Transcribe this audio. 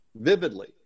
vividly